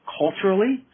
culturally